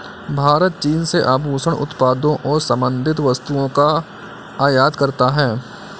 भारत चीन से आभूषण उत्पादों और संबंधित वस्तुओं का आयात करता है